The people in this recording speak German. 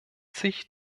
sich